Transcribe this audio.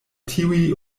tiuj